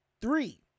three